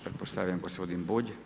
Pretpostavljam gospodin Bulj.